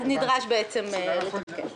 אז נדרש בעצם לחוקק.